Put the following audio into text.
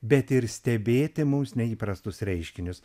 bet ir stebėti mums neįprastus reiškinius